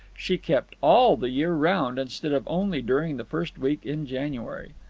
she kept all the year round instead of only during the first week in january.